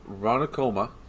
ronacoma